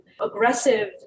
aggressive